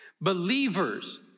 Believers